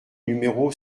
numéro